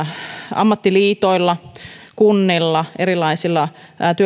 ammattiliitoilla kunnilla erilaisilla työllisyyskoulutusta